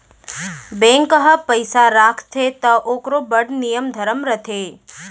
bank ह पइसा राखथे त ओकरो बड़ नियम धरम रथे